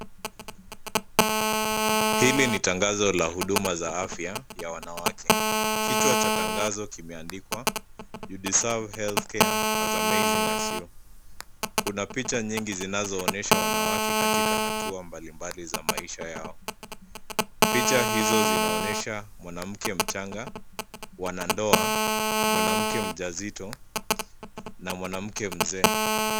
Hili ni tangazo la huduma za afya ya wanawake. Kichwa cha tangazo kimeandikwa, you deserve healthcare as amazing as you . Kuna picha nyingi zinazoonesha wanawake katika hatua mbali mbali za maisha yao. Picha hizo zinaonesha mwanamke mchanga , wanandoa, mwanamke mjazito, na mwanamke mzee.